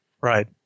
Right